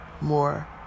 more